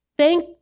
Thank